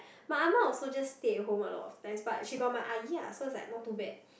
my Ah Ma also just stay at home a lot of times but she got my Ah-Yi lah so it's like not too bad